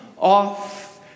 off